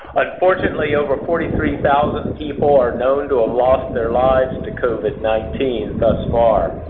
unfortunately, over forty three thousand people are known to have lost their lives to covid nineteen thus far.